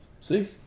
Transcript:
See